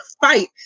fight